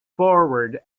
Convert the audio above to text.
forward